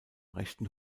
rechten